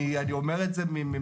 אני אומר את זה מעצבים,